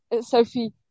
Sophie